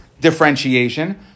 differentiation